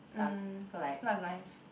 mm that was nice